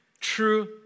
True